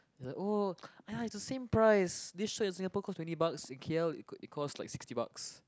like oh ah it's the same price this shirt in Singapore costs twenty bucks in K_L it could it costs like sixty bucks